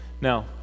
Now